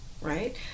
right